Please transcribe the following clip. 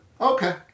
Okay